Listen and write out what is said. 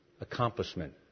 accomplishment